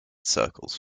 circles